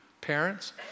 parents